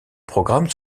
programmes